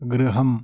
गृहम्